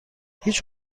هیچ